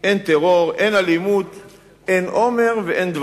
אין טרור ואין אלימות.